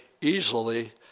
easily